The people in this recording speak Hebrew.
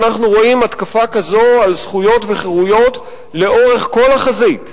ואנחנו רואים התקפה כזאת על זכויות וחירויות לאורך כל החזית.